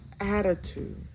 attitude